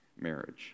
marriage